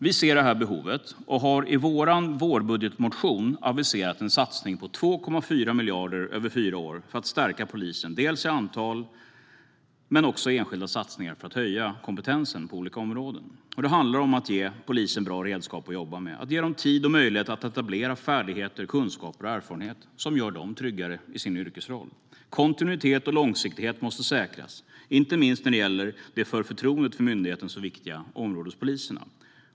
Vi ser detta behov och har i vår vårbudgetmotion aviserat en satsning på 2,4 miljarder under fyra år för att stärka polisen dels i antal, dels i enskilda satsningar för att höja kompetensen på olika områden. Det handlar om att ge polisen bra redskap att jobba med och att ge dem tid och möjlighet att etablera färdigheter, kunskaper och erfarenheter som gör dem tryggare i sin yrkesroll. Kontinuitet och långsiktighet måste säkras, inte minst när det gäller de för förtroendet för myndigheten så viktiga områdespoliserna.